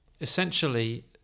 essentially